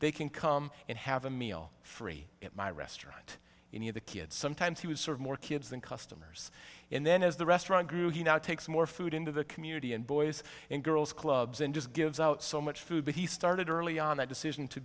they can come in have a meal free at my restaurant any of the kids sometimes he was sort of more kids than customers and then as the restaurant grew he now takes more food into the community and boys and girls clubs and just gives out so much food but he started early on that decision to